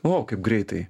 o kaip greitai